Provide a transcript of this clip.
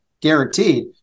Guaranteed